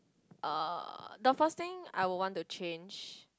uh the first thing I would want to change